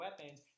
weapons